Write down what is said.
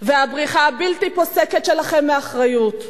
והבריחה הבלתי פוסקת שלכם מאחריות.